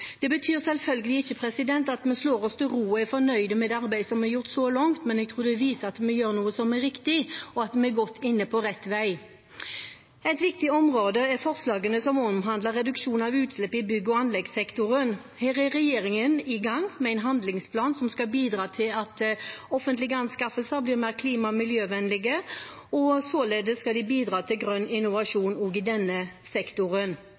Det betyr selvfølgelig ikke at vi slår oss til ro og er fornøyd med det arbeidet som er gjort så langt, men jeg tror det viser at vi gjør noe som er riktig, og at vi er godt inne på rett vei. Et viktig område er forslagene som omhandler reduksjon av utslipp i bygg- og anleggssektoren. Her er regjeringen i gang med en handlingsplan som skal bidra til at offentlige anskaffelser blir mer klima- og miljøvennlige, og således vil de bidra til grønn innovasjon også i denne sektoren.